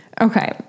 okay